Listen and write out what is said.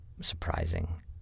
surprising